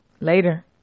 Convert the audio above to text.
later